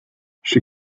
she